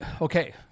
Okay